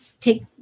take